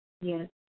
Yes